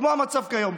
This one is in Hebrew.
כמו המצב כיום,